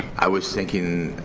i was thinking